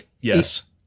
yes